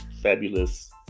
fabulous